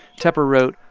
tepper wrote,